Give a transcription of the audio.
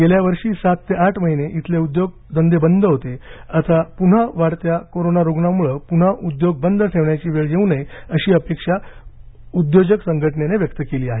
गेल्या वर्षी सात ते आठ महिने इथले उद्योगधंदे बंद होते आता पुन्हा वाढत्या कोरोना रुग्णामुळं पुन्हा उद्योग बंद ठेवण्याची वेळ येऊ नये अशी अपेक्षा उद्योजक संघटनेनं व्यक्त केली आहे